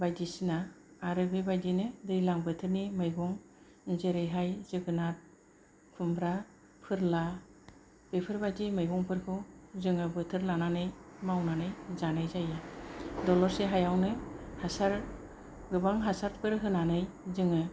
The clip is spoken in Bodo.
बायदिसिना आरो बेबायदिनो दैलां बोथोरनि मैगं जेरैहाय जोगोनार खुमब्रा फोरला बेफोरबादि मैगंफोरखौ जोङो बोथोर लानानै मावनानै जानाय जायो दलरसे हायावनो हासार गोबां हासारफोर होनानै जोङो